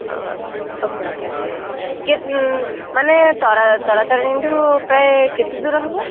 ହଉ okay okay ହଁ କେ ମାନେ ତରା ତାରାତାରିଣୀ ଠୁ ପ୍ରାୟେ କେତେଦୂର ହେବ